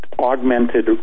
augmented